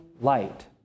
light